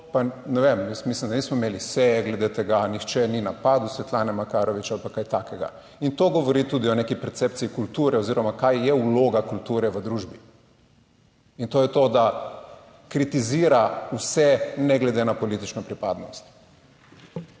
pa ne vem, jaz mislim, da nismo imeli seje glede tega. Nihče ni napadel Svetlane Makarovič ali pa kaj takega. In to govori tudi o neki percepciji kulture oziroma kaj je vloga kulture v družbi. In to je to, da kritizira vse, ne glede na politično pripadnost.